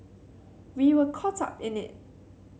we were caught up in it